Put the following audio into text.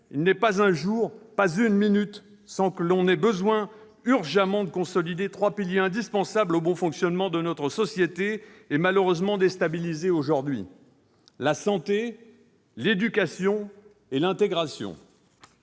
il n'est pas un jour, pas une minute sans que l'on ait besoin, de façon urgente, de consolider trois piliers indispensables au bon fonctionnement de notre société, malheureusement déstabilisés aujourd'hui : la santé, l'éducation, l'intégration.